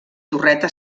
torreta